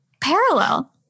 parallel